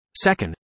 Second